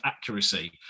accuracy